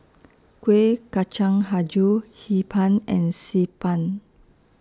Kuih Kacang Hijau Hee Pan and Xi Ban